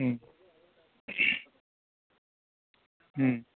ம் ம்